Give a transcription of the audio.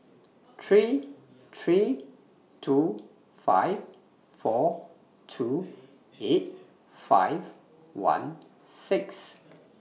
three three two five four two eight five one six